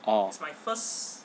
oh